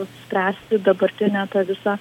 spręsti dabartinę tą visą